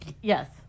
Yes